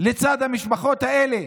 לצד המשפחות האלה